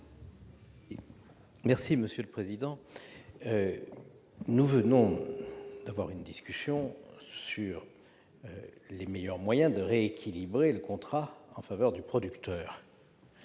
explication de vote. Nous venons d'avoir une discussion sur les meilleurs moyens de rééquilibrer le contrat en faveur du producteur,